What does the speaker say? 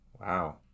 wow